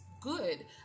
good